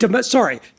Sorry